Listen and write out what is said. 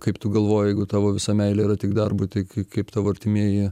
kaip tu galvoji jeigu tavo visa meilė yra tik darbui tai kaip tavo artimieji